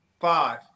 five